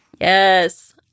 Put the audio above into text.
Yes